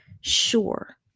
sure